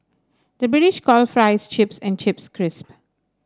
the British call fries chips and chips crisp